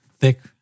thick